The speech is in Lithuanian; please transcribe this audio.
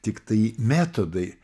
tiktai metodai